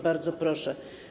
Bardzo proszę.